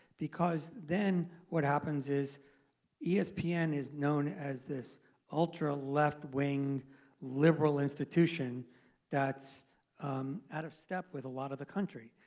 because then what happens is yeah espn is known as this ultra left wing liberal institution that's out of step with a lot of the country.